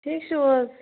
ٹھیٖک چھُو حظ